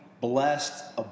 blessed